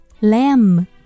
lamb